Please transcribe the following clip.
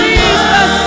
Jesus